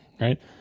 right